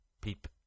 peep